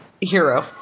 hero